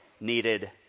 needed